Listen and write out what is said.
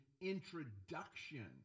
introduction